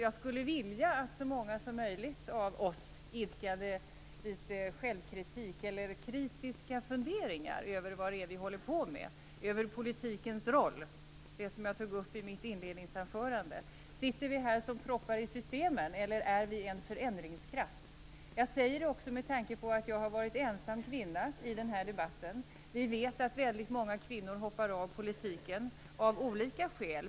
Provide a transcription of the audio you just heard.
Jag skulle vilja att så många som möjligt av oss ägnade oss åt kritiska funderingar över vad vi håller på med, över politikens roll. Jag tog upp det i mitt inledningsanförande. Sitter vi här som proppar i systemen, eller är vi en förändringskraft? Jag säger det också med tanke på att jag har varit ensam kvinna i den här debatten. Vi vet att många kvinnor hoppar av politiken, av olika skäl.